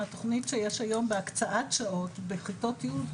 התוכנית שיש היום בהקצאת שעות בכיתות י',